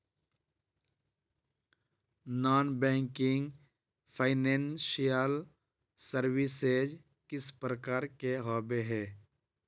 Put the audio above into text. Non banking financial services किस प्रकार के होबे है?